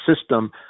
system